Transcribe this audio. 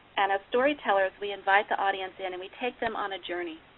and as storytellers, we invite the audience in, and we take them on a journey.